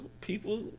people